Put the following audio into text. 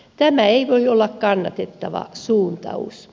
tämä ei voi olla kannatettava suuntaus